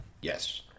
Yes